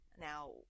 Now